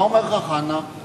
מה אומר לך חבר הכנסת סוייד?